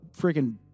freaking